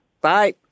Bye